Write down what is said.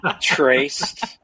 traced